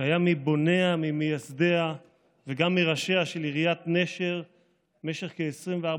שהיה מבוניה וממייסדיה וגם מראשיה של עיריית נשר במשך כ-24 שנים.